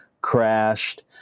crashed